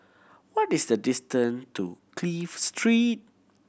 what is the distant to Clive Street